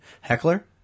heckler